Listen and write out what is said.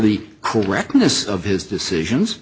the correctness of his decisions